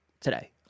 today